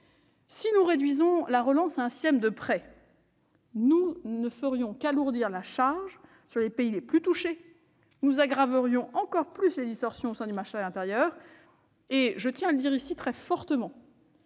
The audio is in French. Si nous réduisons la relance à un système de prêts, nous ne ferions qu'alourdir la charge pesant sur les pays les plus touchés et nous aggraverions davantage encore les distorsions au sein du marché intérieur. Je tiens à le dire très fortement